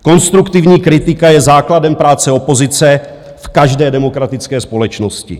Konstruktivní kritika je základem práce opozice v každé demokratické společnosti.